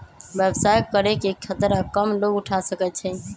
व्यवसाय करे के खतरा कम लोग उठा सकै छै